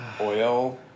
oil